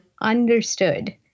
understood